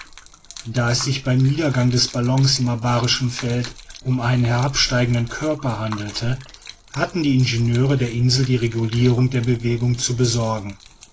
da es sich bei dem niedergang des ballons im abarischen feld um einen herabsteigenden körper handelte hatten die ingenieure der insel die regulierung der bewegung zu besorgen